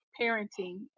parenting